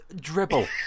Dribble